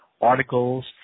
articles